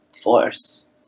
force